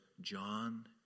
John